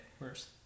worse